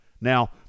Now